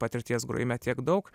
patirties grojime tiek daug